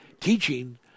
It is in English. teaching